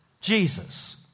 Jesus